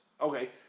okay